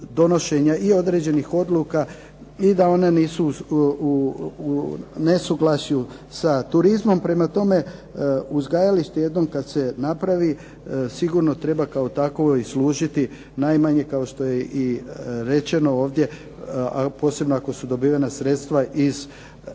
donošenja i određenih odluka i da one nisu u nesuglasju sa turizmom. Prema tome uzgajalište jednom kad se napravi sigurno treba kao takvo i služiti najmanje kao što je i rečeno ovdje, a posebno ako su dobivena sredstva iz